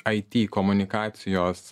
it komunikacijos